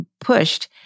pushed